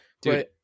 Dude